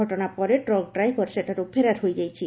ଘଟଶା ପରେ truck driver ସେଠାରୁ ଫେରାର୍ ହୋଇଯାଇଛି